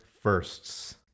firsts